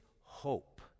hope